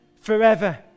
forever